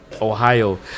ohio